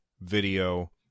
video